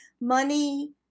money